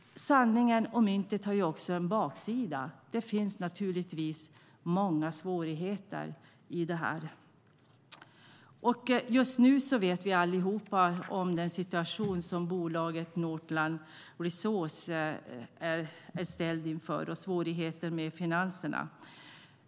Men myntet har också en baksida. Det finns naturligtvis många svårigheter. Just nu känner vi allihop till den situation som bolaget Northland Resources är ställd inför, med svårigheter med finanserna.